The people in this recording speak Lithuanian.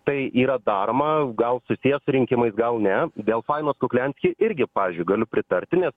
tai yra daroma gal susiję su rinkimais gal ne dėl fainos kuklianski irgi pavyzdžiui galiu pritarti nes